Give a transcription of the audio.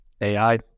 AI